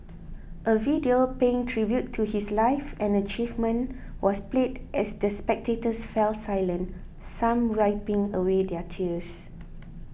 a video paying tribute to his life and achievements was played as the spectators fell silent some wiping away their tears